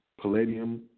palladium